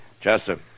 Chester